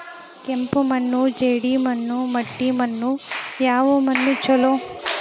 ಕೆಂಪು ಮಣ್ಣು, ಜೇಡಿ ಮಣ್ಣು, ಮಟ್ಟಿ ಮಣ್ಣ ಯಾವ ಮಣ್ಣ ಛಲೋ?